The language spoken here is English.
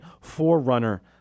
forerunner